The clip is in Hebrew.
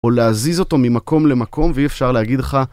או להזיז אותו ממקום למקום ואי אפשר להגיד לך